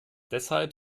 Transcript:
deshalb